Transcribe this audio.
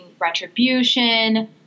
retribution